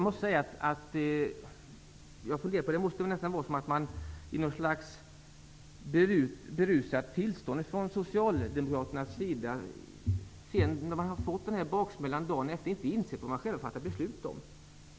Det verkar som om Socialdemokraterna har vaknat upp med en rejäl baksmälla och inte kommer ihåg vad man har varit med och fattat beslut om dagen innan, i berusat tilstånd.